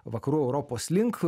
vakarų europos link